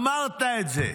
אמרת את זה.